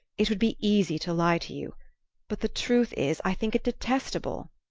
it would be easy to lie to you but the truth is i think it detestable.